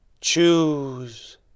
Choose